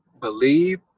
believe